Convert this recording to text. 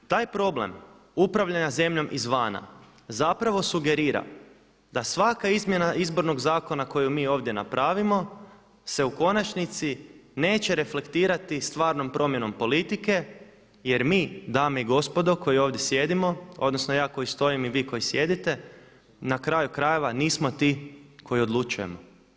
Taj problem upravljanja zemljom izvana zapravo sugerira da svaka izmjena izbornog zakona koju mi ovdje napravimo se u konačnici neće reflektirati stvarnom promjenom politike jer mi dame i gospodo koji ovdje sjedimo, odnosno ja koji stojim i vi koji sjedite, na kraju krajeva nismo ti koji odlučujemo.